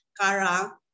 Kara